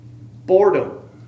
boredom